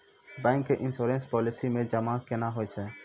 Bank के insurance policy मे जमा केना होय छै?